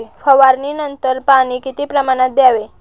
फवारणीनंतर पाणी किती प्रमाणात द्यावे?